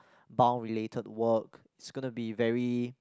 bound related work it's gonna be very